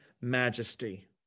majesty